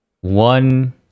One